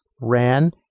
ran